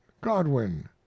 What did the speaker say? godwin